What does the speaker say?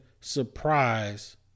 surprise